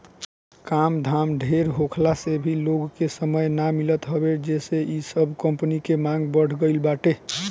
काम धाम ढेर होखला से भी लोग के समय ना मिलत हवे जेसे इ सब कंपनी के मांग बढ़ गईल बाटे